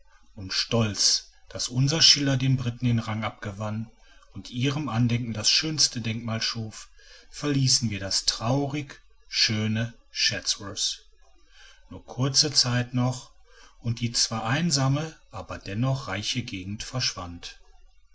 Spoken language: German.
und stolz daß unser schiller den briten den rang abgewann und ihrem andenken das schönste denkmal schuf verließen wir das traurig schöne chatsworth nur kurze zeit noch und die zwar einsame aber dennoch reiche gegend verschwand